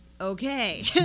Okay